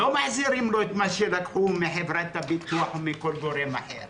לא מחזירים לו את ההפרש של מה שלקחו מחברת הביטוח או מכל גורם אחר